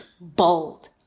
bold